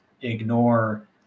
ignore